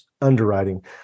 Underwriting